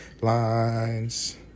lines